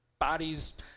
bodies